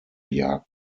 jagd